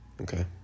Okay